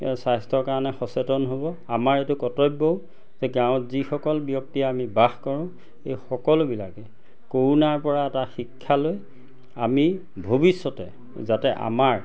স্বাস্থ্যৰ কাৰণে সচেতন হ'ব আমাৰ এইটো কৰ্তব্যও যে গাঁৱত যিসকল ব্যক্তিয়ে আমি বাস কৰোঁ এই সকলোবিলাকে কৰোণাৰ পৰা এটা শিক্ষালৈ আমি ভৱিষ্যতে যাতে আমাৰ